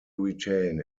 retain